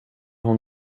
hon